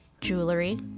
jewelry